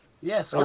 yes